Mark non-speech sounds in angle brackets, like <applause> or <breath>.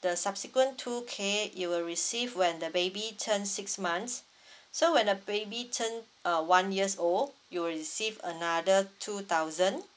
the subsequent two K you will receive when the baby turned six months <breath> so when the baby turn a one years old you will receive another two thousand <breath>